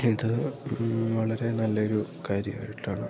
ഇത് വളരെ നല്ലൊരു കാര്യം ആയിട്ടാണ്